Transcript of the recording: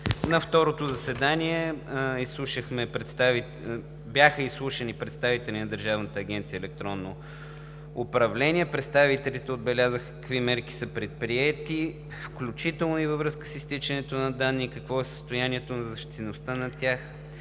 На второто заседание бяха изслушани представители от Държавната агенция „Електронно управление“. Представителите отбелязаха какви мерки са предприети, включително във връзка с изтичането на данните и какво е състоянието на защитеността им в